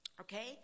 Okay